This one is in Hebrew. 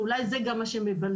ואולי זה גם מה שמבלבל